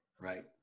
Right